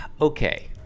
Okay